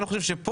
אני חושב שפה